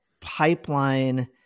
pipeline